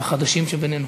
לחדשים שבינינו.